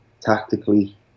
tactically